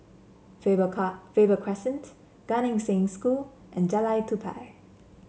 Faber Car Faber Crescent Gan Eng Seng School and Jalan Tupai